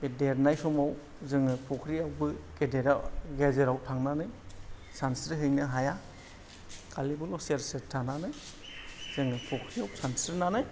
बे देरनाय समाव जोङो फुख्रिआवबो गेदेराव गेजेराव थांनानै सानस्रिहैनो हाया खालि बावल' सेर सेर थानानै जोङो फुख्रिआव सानस्रिनानै